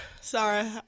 sorry